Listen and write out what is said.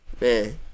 Man